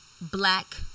black